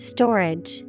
Storage